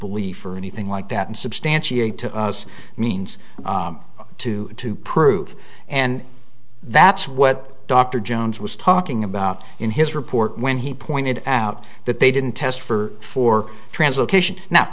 belief or anything like that and substantiate to us means to to prove and that's what dr jones was talking about in his report when he pointed out that they didn't test for four translocation